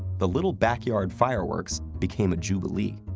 the little backyard fireworks became a jubilee.